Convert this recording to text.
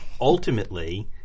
ultimately